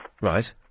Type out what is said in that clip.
Right